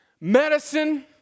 Medicine